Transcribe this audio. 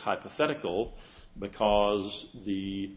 hypothetical because the